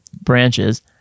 branches